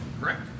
correct